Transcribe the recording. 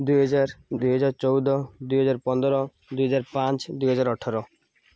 ଦୁଇହଜାର ଦୁଇହଜାର ଚଉଦ ଦୁଇହଜାର ପନ୍ଦର ଦୁଇହଜାର ପାଞ୍ଚ ଦୁଇହଜାର ଅଠର